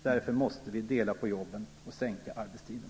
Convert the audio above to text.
Därför måste vi dela på jobben och sänka arbetstiden.